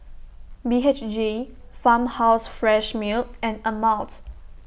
B H G Farmhouse Fresh Milk and Ameltz